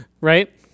right